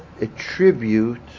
attribute